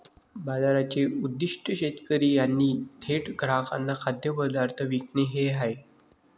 बाजाराचे उद्दीष्ट शेतकरी यांनी थेट ग्राहकांना खाद्यपदार्थ विकणे हे आहे